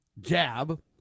jab